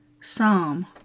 psalm